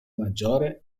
maggiore